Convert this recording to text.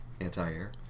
Anti-air